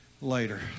later